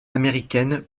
américaines